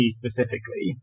specifically